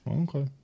Okay